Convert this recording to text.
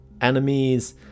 enemies